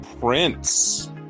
Prince